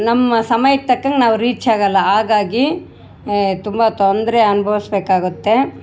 ನಮ್ಮ ಸಮಯಕ್ಕೆ ತಕ್ಕಂಗೆ ನಾವು ರೀಚ್ ಆಗೋಲ್ಲ ಹಾಗಾಗಿ ತುಂಬ ತೊಂದರೆ ಅನುಭವಿಸ್ಬೇಕಾಗುತ್ತೆ